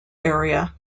area